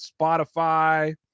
Spotify